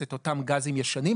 את אותם גזים ישנים.